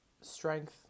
strength